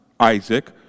Isaac